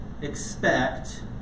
expect